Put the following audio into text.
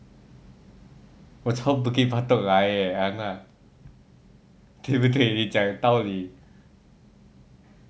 我从 bukit batok 来 leh alamak 对不对你讲道理